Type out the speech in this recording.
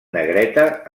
negreta